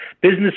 business